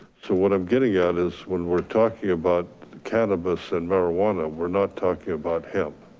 so what i'm getting at is, when we're talking about cannabis and marijuana, we're not talking about hemp.